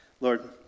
Lord